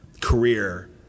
career